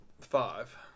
Five